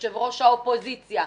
יושב-ראש האופוזיציה,